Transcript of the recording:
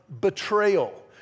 betrayal